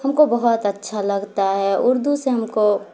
ہم کو بہت اچھا لگتا ہے اردو سے ہم کو